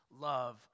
Love